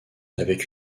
avec